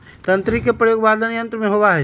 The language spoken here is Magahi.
तंत्री के प्रयोग वादन यंत्र में होबा हई